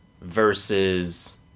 versus